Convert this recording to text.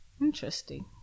Interesting